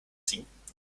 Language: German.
ziehen